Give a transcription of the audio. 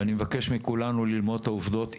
ואני מבקש מכולנו ללמוד את העובדות.